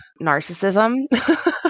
narcissism